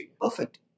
perfect